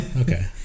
Okay